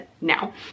now